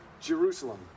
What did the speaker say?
Jerusalem